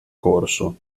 corso